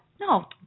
no